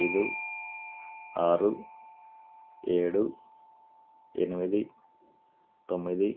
ఐదు ఆరు ఏడు ఎనిమిది తొమ్మిది